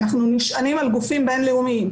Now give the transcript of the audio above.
אנחנו נשענים על גופים בינלאומיים,